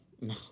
No